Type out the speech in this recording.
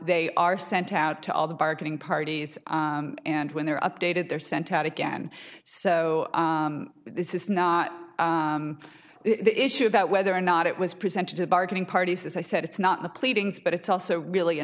they are sent out to all the bargaining parties and when they're updated they're sent out again so this is not the issue about whether or not it was presented to bargaining parties as i said it's not the pleadings but it's also really a